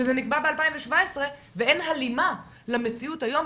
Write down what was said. ב-2017 ואין הלימה למציאות היום,